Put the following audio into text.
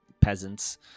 peasants